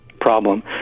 problem